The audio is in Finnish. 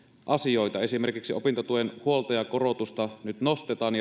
asioita esimerkiksi opintotuen huoltajakorotusta nyt nostetaan